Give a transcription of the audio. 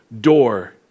door